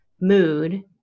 mood